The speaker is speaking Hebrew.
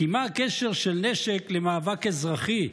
כי מה הקשר של נשק למאבק אזרחי?